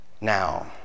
Now